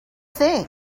think